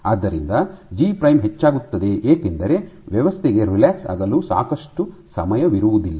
ಆದ್ದರಿಂದ G prime ಹೆಚ್ಚಾಗುತ್ತದೆ ಏಕೆಂದರೆ ವ್ಯವಸ್ಥೆಗೆ ರಿಲ್ಯಾಕ್ಸ್ ಆಗಲು ಸಾಕಷ್ಟು ಸಮಯವಿರುವುದಿಲ್ಲ